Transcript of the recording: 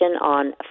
on